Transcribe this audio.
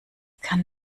kann